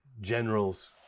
generals